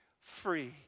free